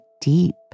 deep